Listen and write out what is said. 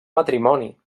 matrimoni